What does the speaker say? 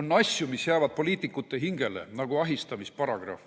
On asju, mis jäävad poliitikute hingele, nagu ahistamisparagrahv,